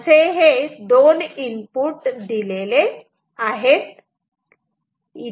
तर असे हे दोन इनपुट दिलेले आहेत